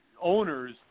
owners